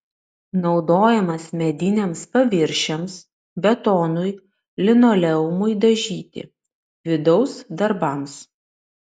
naudojamas mediniams paviršiams betonui linoleumui dažyti vidaus darbams